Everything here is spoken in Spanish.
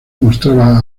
mostraba